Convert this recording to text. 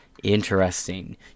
interesting